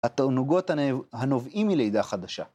התענוגות הנובעים מלידי החדשה.